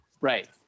Right